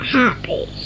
happy